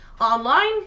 Online